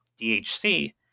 DHC